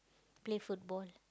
play football